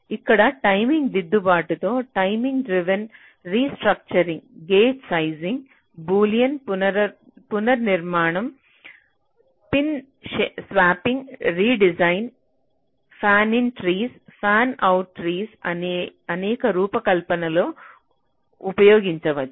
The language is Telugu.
ఇక్కడ టైమింగ్ దిద్దుబాటులో timing driven restructuring gate sizing Boolean పునర్నిర్మాణం pin swapping redesign fanin trees fanout trees అనేక రూపకల్పనలో ఉపయోగించవచ్చు